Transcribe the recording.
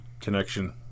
connection